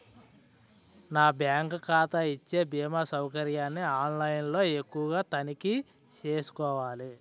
నా బ్యాంకు ఖాతా ఇచ్చే భీమా సౌకర్యాన్ని ఆన్ లైన్ లో ఎక్కడ తనిఖీ చేసుకోవాలి?